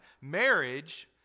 Marriage